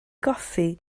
goffi